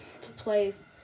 plays